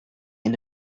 end